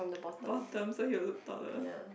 bottom so he will look taller